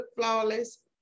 flawless